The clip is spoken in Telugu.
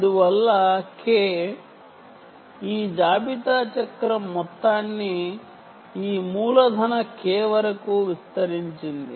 అందువల్ల K ఈ జాబితా చక్రం మొత్తాన్ని ఈ కాపిటల్ లెటర్ K వరకు విస్తరించింది